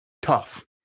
tough